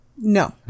no